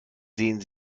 sehen